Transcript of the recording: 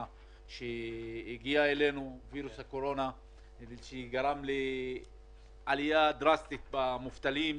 שהגיע אלינו וגרם לעלייה דרסטית במספר המובטלים.